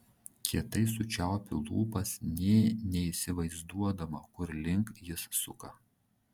kietai sučiaupiu lūpas nė neįsivaizduodama kur link jis suka